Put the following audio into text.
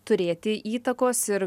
turėti įtakos ir